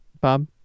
Bob